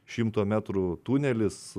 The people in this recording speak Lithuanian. šimto metrų tunelis